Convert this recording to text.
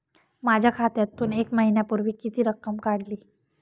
माझ्या खात्यातून एक महिन्यापूर्वी किती रक्कम काढली?